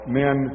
men